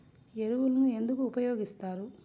ఎరువులను ఎందుకు ఉపయోగిస్తారు?